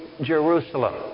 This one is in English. Jerusalem